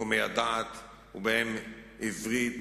תחומי הדעת ובהם עברית,